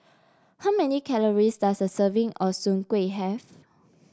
how many calories does a serving of Soon Kuih have